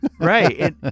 Right